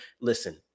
Listen